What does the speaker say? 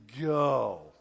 go